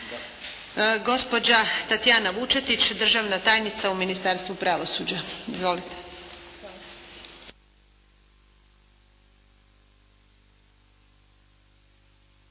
Gospođa Tatjana Vučetić, državna tajnica u Ministarstvu pravosuđa. Izvolite.